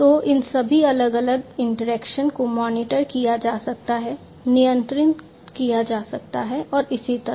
तो इन सभी अलग अलग इंटरैक्शन को मॉनिटर किया जा सकता है नियंत्रित किया जा सकता है और इसी तरह